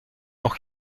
nog